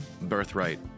Birthright